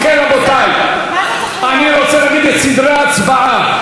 אם כן, רבותי, אני רוצה להגיד את סדרי ההצבעה.